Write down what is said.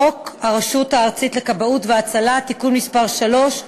חוק הרשות הארצית לכבאות והצלה (תיקון מס' 3),